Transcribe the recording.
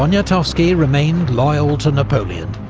poniatowski remained loyal to napoleon,